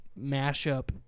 mashup